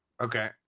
Okay